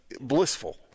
blissful